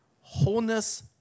wholeness